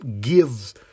give